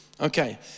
Okay